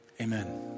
amen